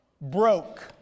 broke